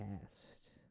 cast